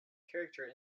character